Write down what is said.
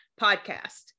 podcast